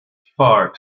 far